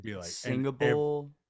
singable